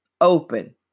Open